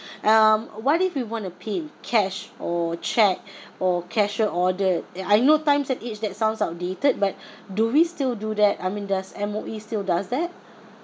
um what if we wanna pay in cash or cheque or cashier order eh I no time say eh that sounds outdated but do we still do that I mean does M_O_E still does that